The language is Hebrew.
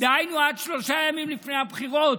דהיינו עד שלושה ימים לפני הבחירות.